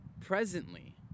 presently